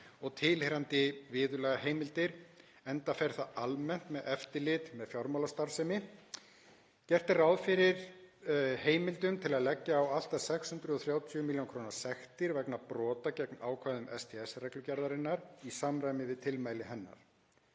og tilheyrandi viðurlagaheimildir, enda fer það almennt með eftirlit með fjármálastarfsemi. Gert er ráð fyrir heimildum til að leggja á allt að 630 millj. kr. sektir vegna brota gegn ákvæðum STS-reglugerðarinnar, í samræmi við tilmæli hennar.